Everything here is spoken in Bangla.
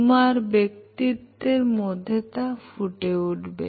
তোমার ব্যক্তিত্বের মধ্যে তা ফুটে উঠবে